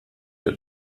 der